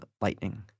Lightning